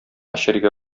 эчәргә